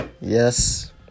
Yes